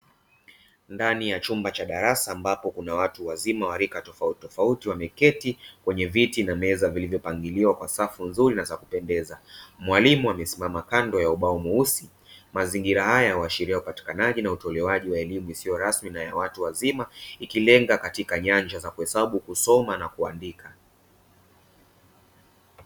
Ndani ya chumba cha darasa ambapo kuna watu wazima wa rika tofuati tofauti wameketi kwenye viti na meza vilivyopangiliwa kwa safu nzuri na za kupendeza. Mwalimu amesimama kando ya ubao mweusi, mazingira haya uashiria upatikanaji na utolewaji wa elimu isiyo rasmi na ya watu wazima ikilenga katika nyanja za kuhesabu, kusoma na kuandika.